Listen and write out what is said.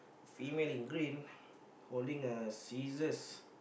female in green holding a scissors